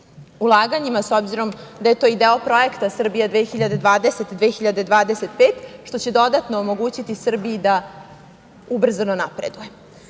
ulaganjima, s obzirom da je to i deo projekta „Srbija 2020-2025“, što će dodatno omogućiti Srbiji da ubrzano napreduje. Ja